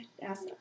Ask